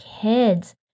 kids